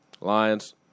Lions